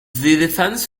defense